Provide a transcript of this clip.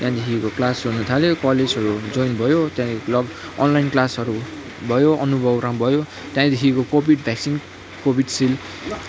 त्यहाँदेखिको क्लास हुनु थाल्यो कलेजहरू जोइन भयो त्यहाँदेखि लक अनलाइन क्लासहरू भयो अनुभव भयो त्यहाँदेखिको कोविड भ्याकसिन कोविडशिल